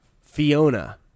Fiona